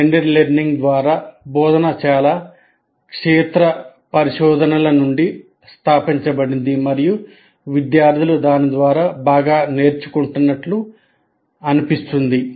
blended learning ద్వారా బోధన చాలా క్షేత్ర పరిశోధనల ద్వారా స్థాపించబడింది మరియు విద్యార్థులు దాని ద్వారా బాగా నేర్చుకుంటున్నట్లు అనిపిస్తుంది